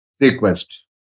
Request